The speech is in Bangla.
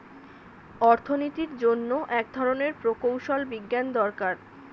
অর্থনীতির জন্য এক ধরনের প্রকৌশল বিজ্ঞান দরকার